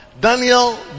Daniel